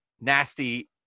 nasty